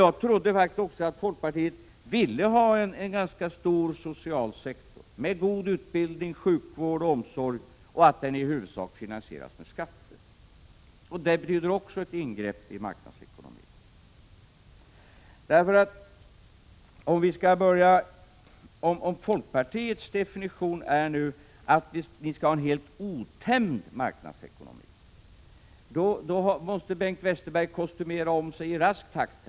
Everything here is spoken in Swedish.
Jag trodde faktiskt också att folkpartiet ville ha en ganska stor social sektor, med god utbildning, sjukvård och omsorg och att den i huvudsak skall finansieras med skatterna, vilket betyder ett ingrepp i marknadsekonomin. Om folkpartiets definition nu är att vi skall ha en helt otämjd marknadsekonomi måste Bengt Westerberg kostymera om sig i rask takt.